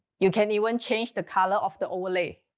you can even change the color of the overlay.